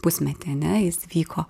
pusmetį ane jis vyko